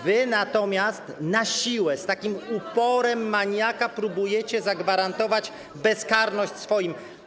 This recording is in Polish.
Wy natomiast na siłę, z uporem maniaka próbujecie zagwarantować bezkarność swoim.